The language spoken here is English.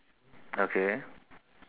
okay